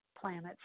planets